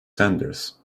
sanders